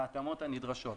על ההתאמות הנדרשות.